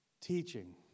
Teaching